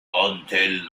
until